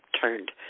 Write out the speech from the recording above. turned